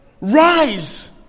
Rise